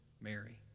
Mary